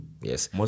yes